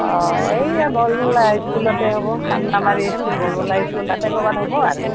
অঁ এয়া ইস্কুলতে হ'ব চান্দামাৰী ইস্কুল বলবলা ইস্কুল তাতে ক'বাত হ'ব আৰু